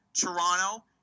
Toronto